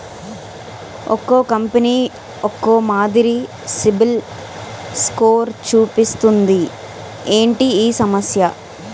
ఒక్కో కంపెనీ ఒక్కో మాదిరి సిబిల్ స్కోర్ చూపిస్తుంది ఏంటి ఈ సమస్య?